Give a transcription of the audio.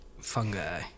Fungi